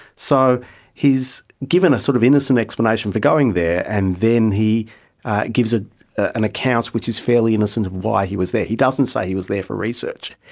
so he's given an sort of innocent explanation for going there and then he gives ah an account which is fairly innocent of why he was there. he doesn't say he was there for research.